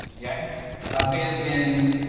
yeah i've been in,